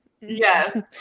Yes